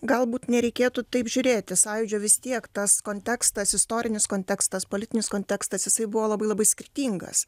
galbūt nereikėtų taip žiūrėti sąjūdžio vis tiek tas kontekstas istorinis kontekstas politinis kontekstas jisai buvo labai labai skirtingas